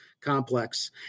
complex